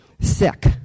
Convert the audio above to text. sick